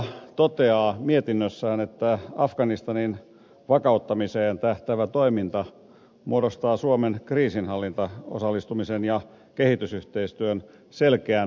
ulkoasiainvaliokunta toteaa mietinnössään että afganistanin vakauttamiseen tähtäävä toiminta muodostaa suomen kriisinhallintaan osallistumisen ja kehitysyhteistyön selkeän painopistealueen